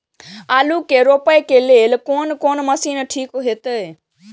आलू के रोपे के लेल कोन कोन मशीन ठीक होते?